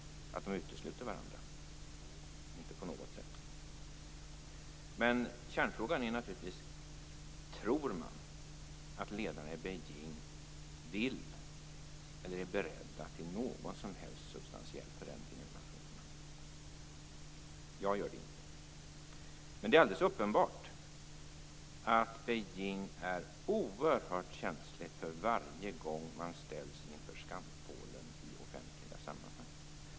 Så är det inte alls. Kärnfrågan är naturligtvis denna: Tror man att ledarna i Beijing är beredda till någon som helst substantiell förändring i de här frågorna? Jag tror inte det. Men det är helt uppenbart att man i Beijing är oerhört känslig för att ställas inför skampålen i offentliga sammanhang.